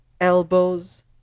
elbows